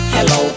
Hello